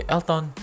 Elton